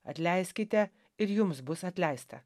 atleiskite ir jums bus atleista